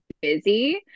busy